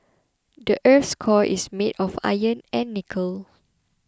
the earth's core is made of iron and nickel